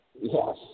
Yes